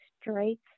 straight